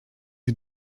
sie